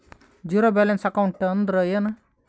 Zero balance account ಅಂದ್ರ ಏನು?